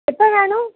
எப்போ வேணும்